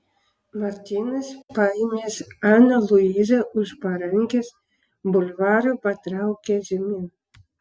martynas paėmęs aną luizą už parankės bulvaru patraukė žemyn